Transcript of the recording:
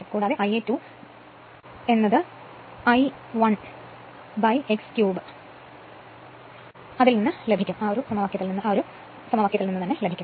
കൂടാതെ Ia 2 ന് Ia 2 I 1 x x ക്യൂബിൽ ലഭിക്കും